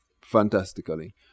fantastically